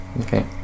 Okay